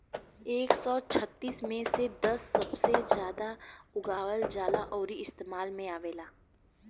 एक सौ छत्तीस मे से दस सबसे जादा उगावल जाला अउरी इस्तेमाल मे आवेला